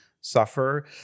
suffer